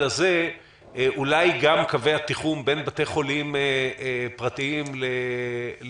כזה אולי גם קווי התיחום בין בתי חולים פרטיים לציבוריים